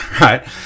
right